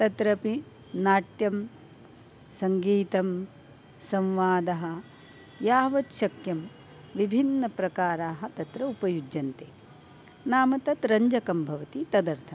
तत्रापि नाट्यं सङ्गीतं संवादः यावत् शक्यं विभिन्नप्रकाराः तत्र उपयुज्यन्ते नाम तत् रञ्जकं भवति तदर्थं